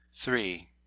Three